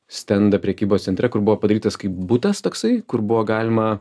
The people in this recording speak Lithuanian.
stendą prekybos centre kur buvo padarytas kaip butas toksai kur buvo galima